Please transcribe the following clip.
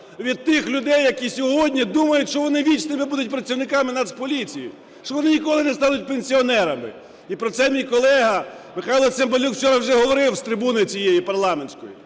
від тих людей, які сьогодні думають, що вони вічними будуть працівниками Нацполіції, що вони ніколи не стануть пенсіонерами. І про це мій колега Михайло Цимбалюк вчора вже говорив з трибуни цієї парламентської.